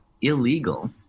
illegal